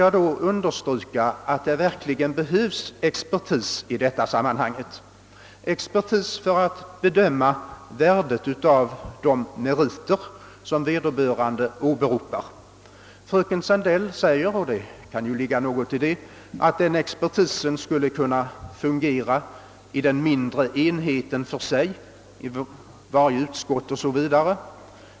Jag vill understryka att det verkligen behövs expertis i detta sammanhang, expertis för att bedöma värdet av de meriter som vederbörande åberopar, Fröken Sandell säger — och det kan ju ligga något i det — att den expertisen skulle kunna fungera i den mindre enheten för sig: i varje utskott o. s. Vv.